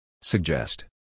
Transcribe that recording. Suggest